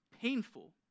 painful